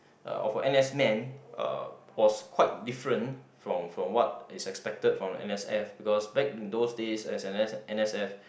uh of a N_S man uh was quite different from from what is expected from N_S_F because back in those days as an N as an N_S_F